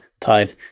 Tide